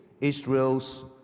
Israel's